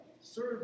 serve